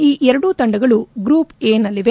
ಈ ಎರಡೂ ತಂಡಗಳು ಗ್ರೂಪ್ ಎ ನಲ್ಲಿವೆ